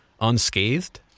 unscathed